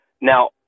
Now